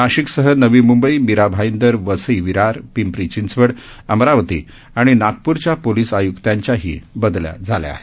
नाशिकसह नवी मुंबई मीरा भाईदर वसई विरार पिंपरी चिंचवड अमरावती आणि नागपूरच्या पोलिस आयुक्तांच्याही बदल्या झाल्या आहेत